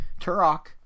Turok